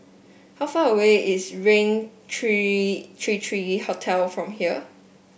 how far away is Raintr Three three three Hotel from here